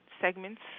segments